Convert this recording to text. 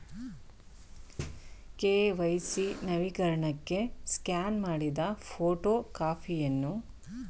KYC ನವೀಕರಣಕ್ಕೆ scan ಮಾಡಿದ photo ಕಾಪಿಯನ್ನು ಸಹಿ ಮಾಡಿ ಅಪ್ಲೋಡ್ ಮಾಡಬಹುದೇ?